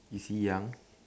is he young